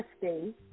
testing